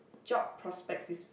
job prospects is